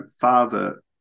father